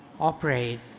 operate